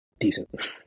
decent